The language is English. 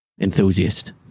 Enthusiast